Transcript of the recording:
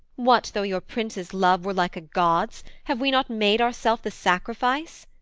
what! though your prince's love were like a god's, have we not made ourself the sacrifice?